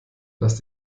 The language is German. lass